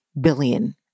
billion